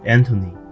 Anthony